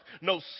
no